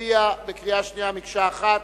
נצביע בקריאה שנייה, מקשה אחת.